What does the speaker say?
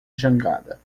jangada